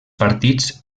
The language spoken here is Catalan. partits